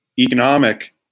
economic